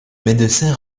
médecin